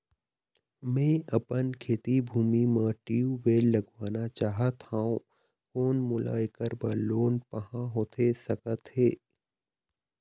मैं अपन खेती भूमि म ट्यूबवेल लगवाना चाहत हाव, कोन मोला ऐकर बर लोन पाहां होथे सकत हे?